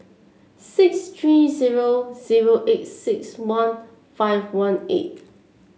six three zero zero eight six one five one eight